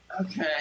Okay